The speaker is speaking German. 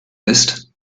ist